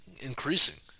increasing